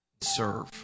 Serve